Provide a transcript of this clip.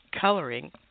coloring